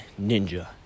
ninja